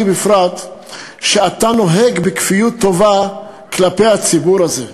בפרט היא שאתה נוהג בכפיות טובה כלפי הציבור הזה,